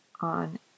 on